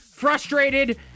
Frustrated